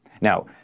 Now